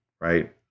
right